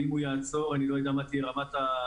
ואם הוא יעצור אני לא יודע מה תהיה רמת הצפיפות.